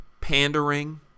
pandering